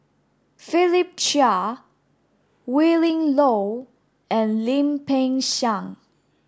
Philip Chia Willin Low and Lim Peng Siang